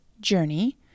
Journey